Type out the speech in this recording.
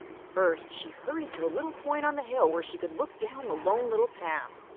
first she hurried to a little point on the hill where she could look down the lone little path.